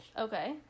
Okay